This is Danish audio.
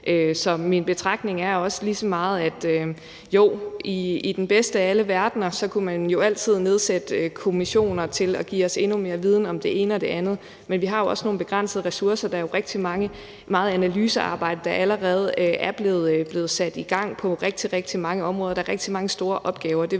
Så min betragtning er også lige så meget, at jo, i den bedste af alle verdener kunne man altid nedsætte kommissioner til at give os endnu mere viden om det ene og det andet, men vi har jo også nogle begrænsede ressourcer. Der er jo rigtig meget analysearbejde, der allerede er blevet sat i gang på rigtig, rigtig mange områder, og der er rigtig mange store opgaver.